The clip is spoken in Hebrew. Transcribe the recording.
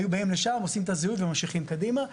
היו באים לשם, עושים את הזיהוי וממשיכים קדימה.